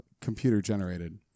computer-generated